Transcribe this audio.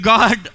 God